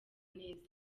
neza